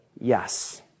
Yes